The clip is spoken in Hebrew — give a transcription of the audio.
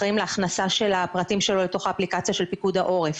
אחראיים להכנסה של הפרטים שלו לתוך האפליקציה של פיקוד העורף.